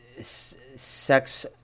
Sex